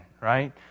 right